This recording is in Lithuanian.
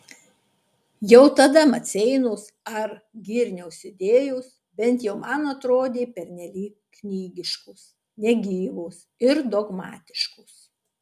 jau tada maceinos ar girniaus idėjos bent jau man atrodė pernelyg knygiškos negyvos ir dogmatiškos